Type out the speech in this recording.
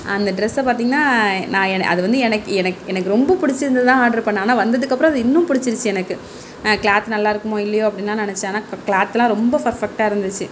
அந்த ட்ரெஸ்ஸை பார்த்திங்னா நான் என் அது வந்து எனக்கு எனக்கு எனக்கு ரொம்ப பிடிச்சிருந்துதான் ஆர்ட்ரு பண்ணிணேன் ஆனால் வந்ததுக்கப்புறோம் அது இன்னும் பிடிச்சிருச்சி எனக்கு நான் க்ளாத் நல்லா இருக்குமோ இல்லையோ அப்படின்லா நினச்சேன் ஆனால் க் க்ளாத்லாம் ரொம்ப ஃபர்ஃபெக்ட்டாக இருந்துச்சு